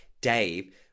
Dave